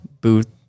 booth